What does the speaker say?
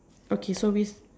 okay so we